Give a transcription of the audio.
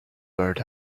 bird